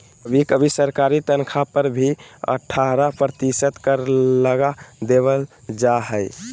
कभी कभी सरकारी तन्ख्वाह पर भी अट्ठारह प्रतिशत कर लगा देबल जा हइ